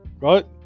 right